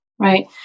right